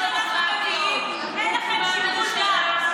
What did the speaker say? רואה, במיוחד בימים האלה.